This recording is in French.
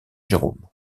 jérôme